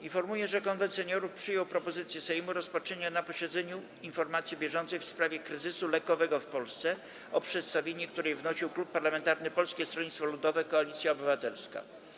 Informuję, że Konwent Seniorów przyjął propozycję Prezydium Sejmu rozpatrzenia na posiedzeniu informacji bieżącej w sprawie kryzysu lekowego w Polsce, o przedstawienie której wnosił Klub Parlamentarny Polskie Stronnictwo Ludowe - Koalicja Polska.